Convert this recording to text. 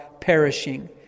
perishing